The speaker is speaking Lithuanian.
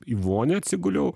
į vonią atsiguliau